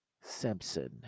Simpson